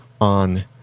on